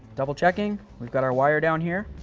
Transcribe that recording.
double checking. we've got our wire down here.